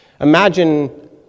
Imagine